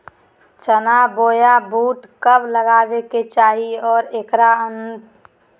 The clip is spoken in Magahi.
चना बोया बुट कब लगावे के चाही और ऐकर उन्नत किस्म के बिज कौन है?